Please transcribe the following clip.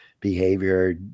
behavior